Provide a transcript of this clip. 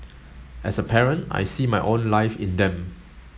as a parent I see my own life in them